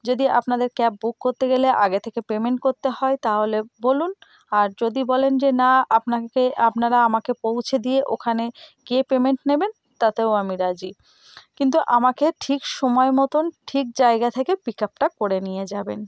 যদি আপনাদের cab book করতে গেলে আগে থেকে পেমেন্ট করতে হয় তাহলে বলুন আর যদি বলেন যে না আপনাকে আপনারা আমাকে পৌঁছে দিয়ে ওখানে গিয়ে পেমেন্ট নেবেন তাতেও আমি রাজি কিন্তু আমাকে ঠিক সময় মতন ঠিক জায়গা থেকে পিক আপটা করে নিয়ে যাবেন